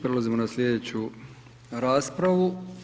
Prelazimo na sljedeću raspravu.